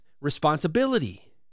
responsibility